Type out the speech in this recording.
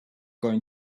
going